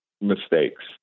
mistakes